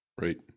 Right